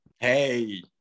Hey